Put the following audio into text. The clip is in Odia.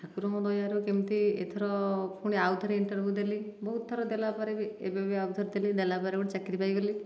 ଠାକୁରଙ୍କ ଦୟାରୁ କେମିତି ଏଥର ପୁଣି ଆଉ ଥରେ ଇଣ୍ଟରଭିଉ ଦେଲି ବହୁତ ଥର ଦେଲା ପରେ ବି ଏବେ ବି ଆଉ ଥରେ ଦେଲି ଦେଲା ପରେ ଗୋଟିଏ ଚାକିରି ପାଇଗଲି